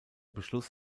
beschluss